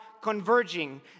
converging